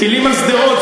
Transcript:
טילים על שדרות,